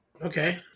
Okay